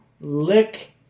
lick